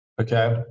okay